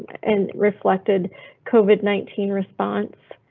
and reflected covid nineteen response.